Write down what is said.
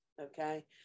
Okay